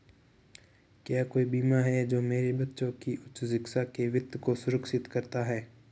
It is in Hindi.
क्या कोई बीमा है जो मेरे बच्चों की उच्च शिक्षा के वित्त को सुरक्षित करता है?